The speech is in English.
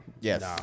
Yes